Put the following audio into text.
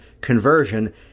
conversion